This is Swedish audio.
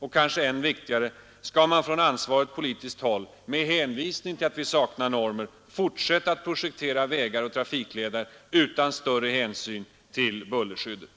Och kanske än viktigare, skall man från ansvarigt politiskt håll, med hänvisning till att vi saknar normer, fortsätta att projektera vägar och trafikleder utan större hänsyn till bullerskyddet?